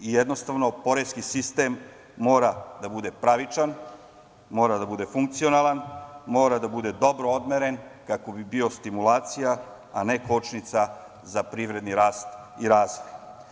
Jednostavno, poreski sistem mora da bude pravičan, mora da bude funkcionalan, mora da bude dobro odmeren kako bi bio stimulacija, a ne kočnica za privredni rast i razvoj.